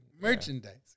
merchandise